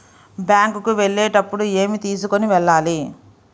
Bank కు వెళ్ళేటప్పుడు ఏమి తీసుకొని వెళ్ళాలి?